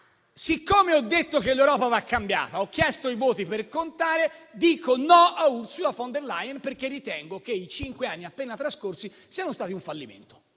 siccome ho detto che l'Europa va cambiata e ho chiesto i voti per contare, dico no a Ursula von der Leyen, perché ritengo che i cinque anni appena trascorsi siamo stati un fallimento.